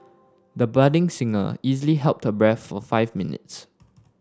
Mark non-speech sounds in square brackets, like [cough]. [noise] the budding singer easily held her breath for five minutes